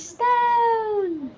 Stone